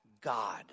God